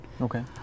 okay